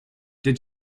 did